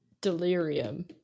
Delirium